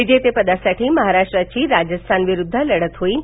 विजेतेपदासाठी महाराष्ट्राची राजस्थानविरुद्ध लढत होईल